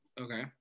Okay